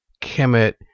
kemet